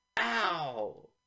Ow